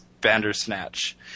Bandersnatch